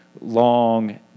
long